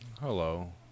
Hello